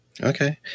Okay